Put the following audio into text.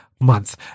month